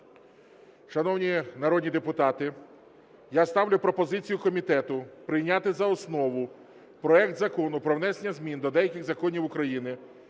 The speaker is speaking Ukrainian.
Шановні народні депутати, я ставлю пропозицію комітету прийняти за основу проект Закону про внесення змін до деяких законів України